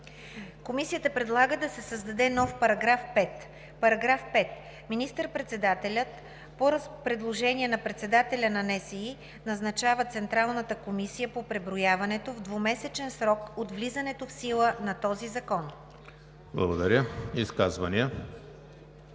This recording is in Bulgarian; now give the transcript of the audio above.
Комисията предлага да се създаде нов § 5: „§ 5. Министър-председателят по предложение на председателя на НСИ назначава Централната комисия по преброяването в двумесечен срок от влизането в сила на този закон.“ ПРЕДСЕДАТЕЛ